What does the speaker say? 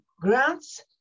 grants